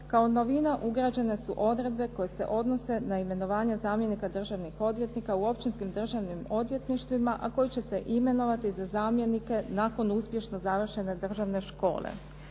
kao novina ugrađene su odredbe koje se odnose na imenovanje zamjenika državnih odvjetnika u općinskim državnim odvjetništvima, a koji će se imenovati za zamjenike nakon uspješno završene državne škole.